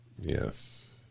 Yes